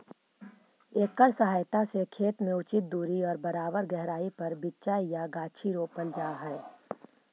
एकर सहायता से खेत में उचित दूरी और बराबर गहराई पर बीचा या गाछी रोपल जा हई